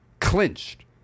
clinched